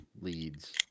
leads